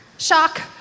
Shock